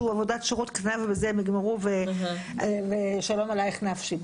עבודת שירות קטנה ובזה הם יגמרו ושלום עלייך נפשי.